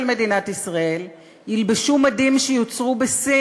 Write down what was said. מדינת ישראל ילבשו מדים שיוצרו בסין.